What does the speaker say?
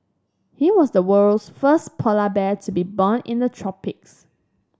he was the world's first polar bear to be born in the tropics